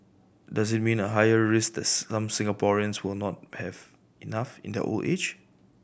does it mean a higher risk this some Singaporeans will not have enough in their old age